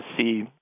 see